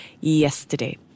yesterday